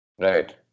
Right